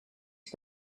het